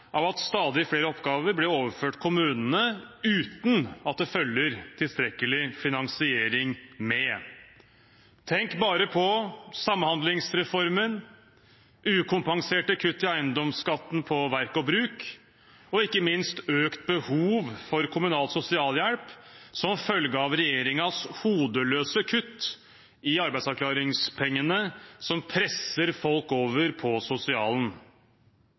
av at stadig flere oppgaver blir overført til kommunene uten at det følger tilstrekkelig finansiering med. Tenk bare på samhandlingsreformen, ukompenserte kutt i eiendomsskatten på verk og bruk og ikke minst økt behov for kommunal sosialhjelp som følge av regjeringens hodeløse kutt i arbeidsavklaringspengene, som presser folk over på sosialen.